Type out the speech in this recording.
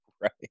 Right